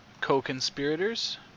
co-conspirators